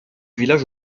village